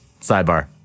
Sidebar